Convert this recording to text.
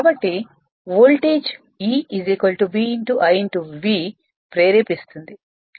కాబట్టి voltage E B l V ప్రేరేపిస్తుంది